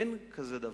אין כזה דבר,